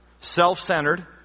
Self-centered